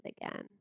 again